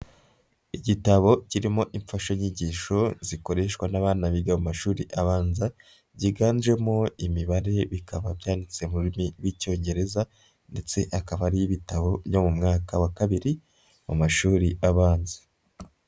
Igitabo kirimo imfashanyigisho zikoreshwa n'abana biga mu mashuri abanza, byiganjemo imibare bikaba byanditse mu rurimi rw'icyongereza, ndetse akaba ari ibitabo byo mu mwaka wa kabiri mu mashuri abanza.